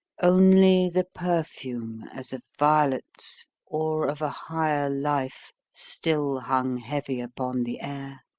only the perfume as of violets or of a higher life still hung heavy upon the air,